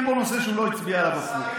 אין פה נושא שהוא לא הצביע עליו הפוך.